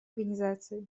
организации